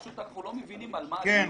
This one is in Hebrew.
אנחנו לא מבינים על מה הדיון.